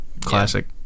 classic